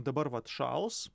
dabar vat šals